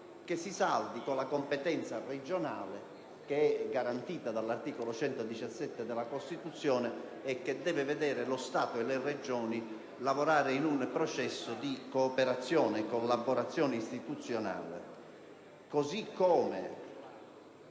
che si saldi con la competenza regionale che è garantita dall'articolo 117 della Costituzione e che deve vedere lo Stato e le Regioni lavorare in un processo di cooperazione e collaborazione istituzionale.